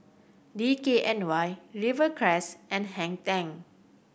D K N Y Rivercrest and Hang Ten